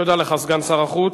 תודה לך, סגן שר החוץ.